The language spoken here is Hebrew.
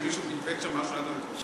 שמישהו פטפט שם משהו ליד המיקרופון?